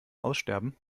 aussterben